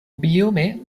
biome